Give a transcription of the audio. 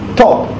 top